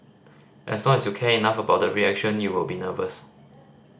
as long as you care enough about the reaction you will be nervous